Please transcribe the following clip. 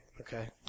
Okay